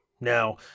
Now